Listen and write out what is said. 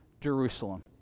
Jerusalem